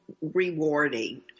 rewarding